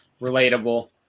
Relatable